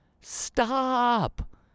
stop